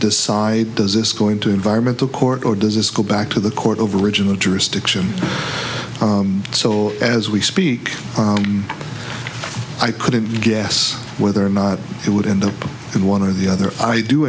decide does this going to environment to court or does this go back to the court over original jurisdiction so as we speak i couldn't guess whether or not it would in the in one of the other i do